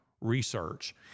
Research